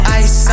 ice